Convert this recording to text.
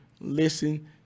listen